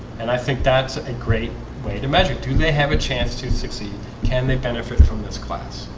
and i think that's a great way to magic. do they have a chance to succeed can they benefit from this class?